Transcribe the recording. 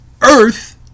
Earth